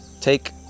take